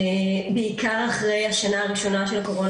בעיקר אחרי השנה הראשונה של הקורונה,